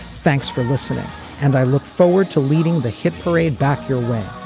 thanks for listening and i look forward to leading the hit parade. back your way.